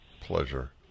Pleasure